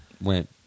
went